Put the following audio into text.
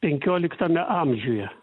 penkioliktame amžiuje